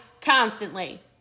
constantly